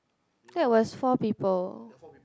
that was four people